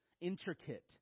Intricate